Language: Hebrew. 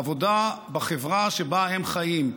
העבודה בחברה שבה הם חיים,